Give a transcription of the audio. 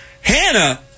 Hannah